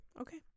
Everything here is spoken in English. Okay